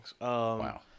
Wow